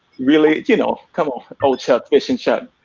really, you know, come on, ol' chuck fish and chuck.